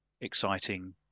exciting